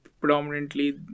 predominantly